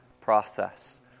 process